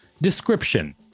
Description